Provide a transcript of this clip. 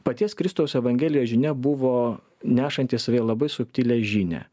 paties kristaus evangelijos žinia buvo nešanti savyje labai subtilią žinią